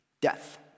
Death